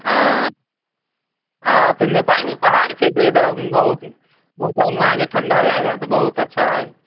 हँ हँ तऽ नेपालमे पहाड़ छै से एकदम बहुत नेपालमे अहाँकेँ ठण्डा लागत बहुत अच्छा है